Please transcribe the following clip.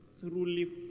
truly